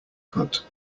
cut